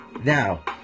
Now